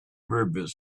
rivers